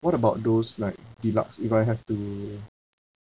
what about those like deluxe if I have to